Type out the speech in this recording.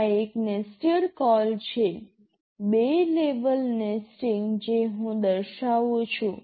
આ એક nested call છે બે લેવલ નેસ્ટિંગ જે હું દર્શાવું છું